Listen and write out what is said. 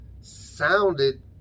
sounded